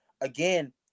again